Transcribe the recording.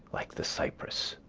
like the cypress.